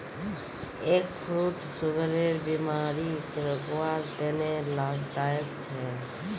egg fruit सुगरेर बिमारीक रोकवार तने लाभदायक छे